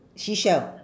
seashell